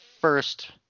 first